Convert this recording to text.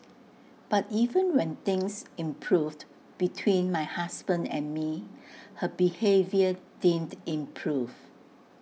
but even when things improved between my husband and me her behaviour didn't improve